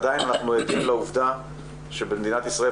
עדיין אנחנו עדים לעובדה שבמדינת ישראל,